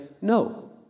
no